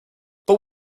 but